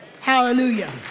hallelujah